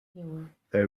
they